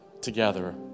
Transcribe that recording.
together